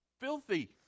filthy